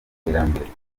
iterambere